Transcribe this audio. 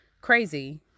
crazy